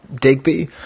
Digby